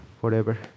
forever